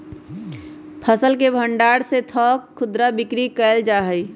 फसल के भण्डार से थोक खुदरा बिक्री कएल जाइ छइ